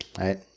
right